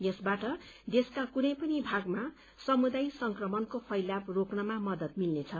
यसबाट देशका कुनै पनि भागमा समुदायमा संक्रमणको फैलाव रोक्नमा मदद मिल्नेछ